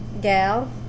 gal